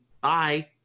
bye